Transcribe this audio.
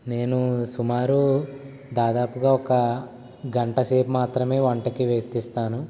నేను సుమారు దాదాపుగా ఒక గంట సేపు మాత్రమే వంటకి వెచ్చిస్తాను